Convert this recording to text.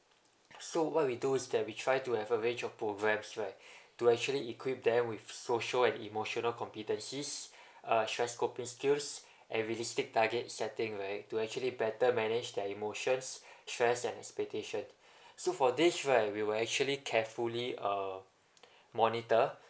so what we do is that we try to have a range of programmes right to actually equip them with social and emotional competencies uh stress coping skills and realistic target setting right to actually better manage their emotions stress and expectation so for this right we will actually carefully uh monitor